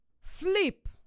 flip